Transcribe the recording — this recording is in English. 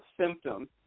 symptom